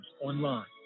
online